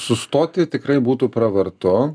sustoti tikrai būtų pravartu